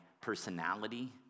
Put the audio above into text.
personality